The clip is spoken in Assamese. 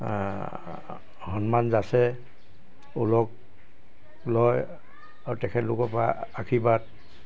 সন্মান যাচে ওলগ লয় আৰু তেখেতলোকৰ পৰা আশীৰ্বাদ